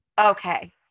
okay